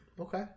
Okay